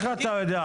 איך אתה יודע?